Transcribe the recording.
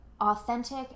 authentic